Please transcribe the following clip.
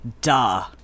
Duh